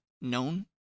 known